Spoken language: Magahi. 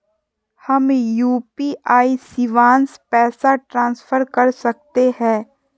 हम यू.पी.आई शिवांश पैसा ट्रांसफर कर सकते हैं?